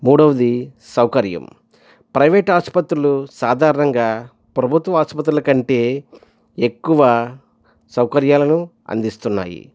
మూడోవది సౌకర్యం ప్రైవేట్ ఆస్పత్రులు సాధారణంగా ప్రభుత్వ ఆసుపత్రుల కంటే ఎక్కువ సౌకర్యాలను అందిస్తున్నాయి